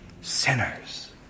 sinners